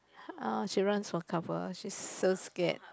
uh she runs for couple she's so scared